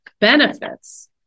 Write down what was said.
benefits